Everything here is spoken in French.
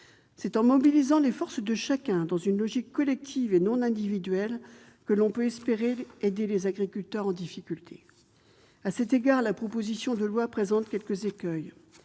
C'est en mobilisant les forces de chacun, dans une logique collective, et non pas individuelle, que l'on peut espérer aider les agriculteurs en difficulté. À cet égard, la présente proposition de loi présente quelques écueils.